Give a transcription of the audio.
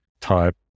type